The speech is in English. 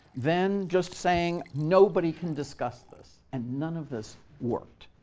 then just saying, nobody can discuss this. and none of this worked.